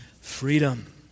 freedom